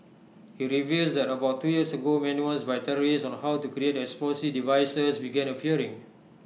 he reveals that about two years ago manuals by terrorists on how to create explosive devices began appearing